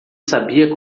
sabia